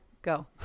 Go